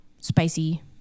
spicy